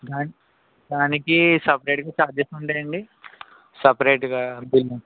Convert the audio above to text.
దానికి దానికి సెపెరేట్గా ఛార్జెస్ ఉంటాయి అండి సెపెరేట్గా బిల్